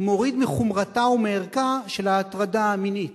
מוריד מחומרתה ומערכה של ההטרדה המינית.